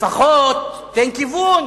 לפחות תן כיוון.